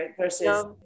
versus